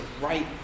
right